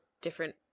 different